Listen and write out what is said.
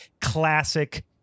classic